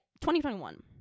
2021